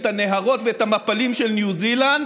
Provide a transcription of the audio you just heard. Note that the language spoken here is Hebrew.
את הנהרות ואת המפלים של ניו זילנד,